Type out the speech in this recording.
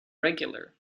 regular